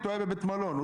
בבית מלון, אתה אומר.